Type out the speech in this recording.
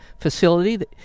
facility